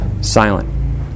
silent